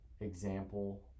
example